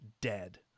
dead